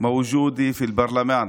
נמצאים בפרלמנט,